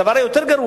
הדבר הגרוע יותר,